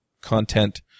content